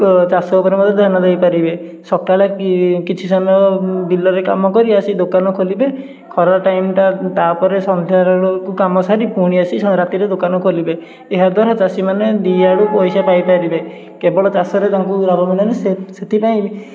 ଚାଷ ଉପରେ ମଧ୍ୟ ଧ୍ୟାନ ଦେଇପାରିବେ ସକାଳେ କି କିଛି ସମୟ ବିଲରେ କାମ କରି ଆସି ଦୋକନ ଖୋଲିବେ ଖରା ଟାଇମଟା ତା'ପରେ ସନ୍ଧ୍ୟା ବେଳକୁ କାମ ସାରି ପୁଣି ଆସି ସ ରାତିରେ ଦୋକନ ଖୋଲିବେ ଏହାଦ୍ୱାରା ଚାଷୀମାନେ ଦୁଇଆଡ଼ୁ ପଇସା ପାଇ ପାରିବେ କେବଳ ଚାଷରେ ତାଙ୍କୁ ଲାଭ ମିଳିଲାନି ସେଥିପାଇଁ